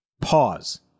pause